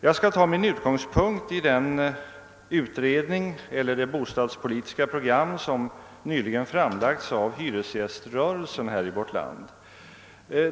Jag skall ta min utgångspunkt i det bostadspolitiska program som nyligen har framlagts av hyresgäströrelsen i vårt land.